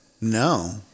no